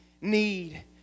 need